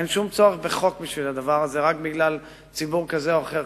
אין שום צורך בחוק בשביל הדבר הזה רק בגלל ציבור כזה או אחר.